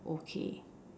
okay